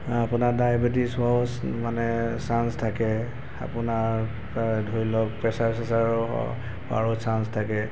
আপোনাৰ ডায়েবেটিছ হোৱাৰো মানে চাঞ্চ থাকে আপোনাৰ ধৰি লওক প্ৰেছাৰ চেছাৰৰ হোৱাৰো চাঞ্চ থাকে